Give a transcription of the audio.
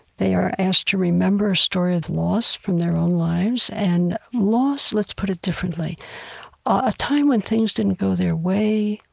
they are asked to remember a story of loss from their own lives, and loss let's put it differently a time when things didn't go their way,